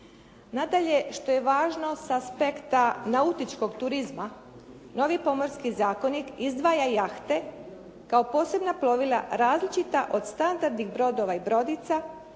Nadalje, što je važno sa aspektom nautičkog turizma. Novi Pomorski zakonik izdvaja jahte kao posebna plovila različita od standardnih brodova i brodica